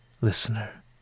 listener